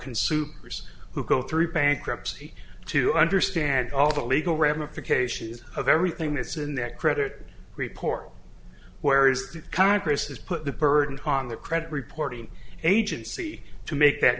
consumers who go through bankruptcy to understand all the legal ramifications of everything that's in that credit report where is the congress has put the burden on the credit reporting agency to make that